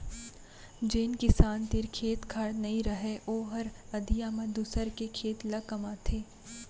जेन किसान तीर खेत खार नइ रहय ओहर अधिया म दूसर के खेत ल कमाथे